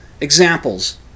examples